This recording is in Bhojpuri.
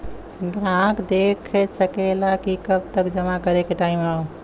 ग्राहक देख सकेला कि कब तक जमा करे के टाइम हौ